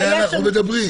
על זה אנחנו מדברים.